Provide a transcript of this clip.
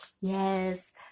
Yes